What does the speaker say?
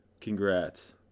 Congrats